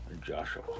Joshua